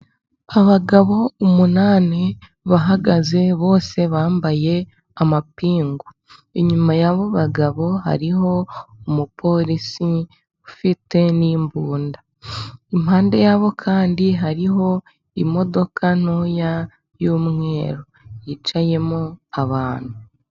Abagabo umunani bahagaze bose bambaye amapingu. Inyuma y'abo bagabo hariho umupolisi ufite n'imbunda. Impande yabo kandi hariho imodoka ntoya y'umweru yicayemo abantu.